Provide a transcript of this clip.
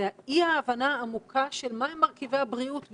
זה אי ההבנה העמוקה של מה הם מרכיבי הבריאות בכלל.